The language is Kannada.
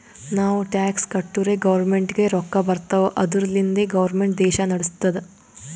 ನಾವು ಟ್ಯಾಕ್ಸ್ ಕಟ್ಟುರೇ ಗೌರ್ಮೆಂಟ್ಗ ರೊಕ್ಕಾ ಬರ್ತಾವ್ ಅದುರ್ಲಿಂದೆ ಗೌರ್ಮೆಂಟ್ ದೇಶಾ ನಡುಸ್ತುದ್